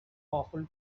awful